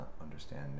understand